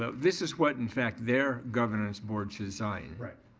ah this is what, in fact, their governance board should sign. right.